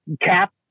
cap